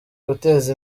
guteza